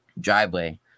driveway